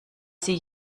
sie